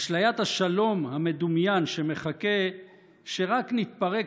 אשליית השלום המדומיין שמחכה שרק נתפרק